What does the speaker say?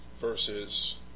versus